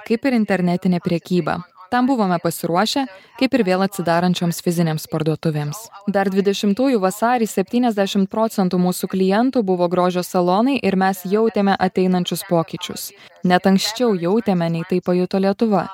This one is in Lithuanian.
kaip ir internetinė prekyba tam buvome pasiruošę kaip ir vėl atsidarančioms fizinėms parduotuvėms dar dvidešimtųjų vasarį septyniasdešimt procentų mūsų klientų buvo grožio salonai ir mes jautėme ateinančius pokyčius net anksčiau jautėme nei tai pajuto lietuva